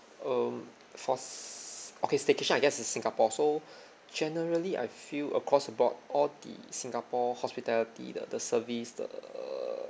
um for okay staycation I guess in singapore so generally I feel across the board all the singapore hospitality the the service the